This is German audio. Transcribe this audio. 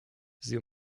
sie